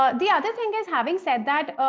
ah the other thing is having said that,